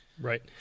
Right